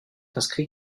inscrit